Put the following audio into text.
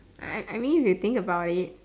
I I mean if you think about it